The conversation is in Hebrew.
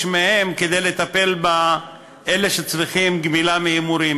מהן כדי לטפל באלה שצריכים גמילה מהימורים.